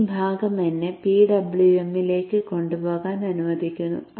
ഈ ഭാഗം എന്നെ PWM ലേക്ക് കൊണ്ടുപോകാൻ അനുവദിക്കുന്നു